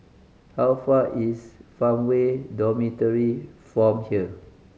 how far is Farmway Dormitory from here